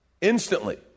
instantly